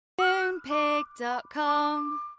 Moonpig.com